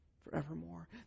forevermore